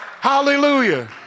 hallelujah